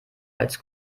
als